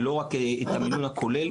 ולא רק את המינון הכולל.